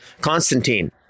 Constantine